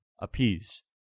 appease